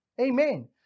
Amen